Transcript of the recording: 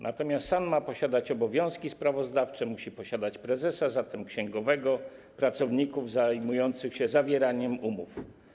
Natomiast SAN ma mieć obowiązki sprawozdawcze, musi mieć prezesa, zatem księgowego, pracowników zajmujących się zawieraniem umów.